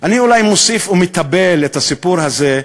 אני אולי מוסיף ומתבל את הסיפור הזה,